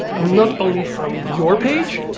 not only from your page,